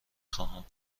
خواهم